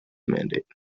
mandate